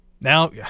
Now